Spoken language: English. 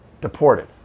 deported